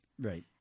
Right